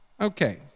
Okay